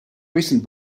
recent